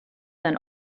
than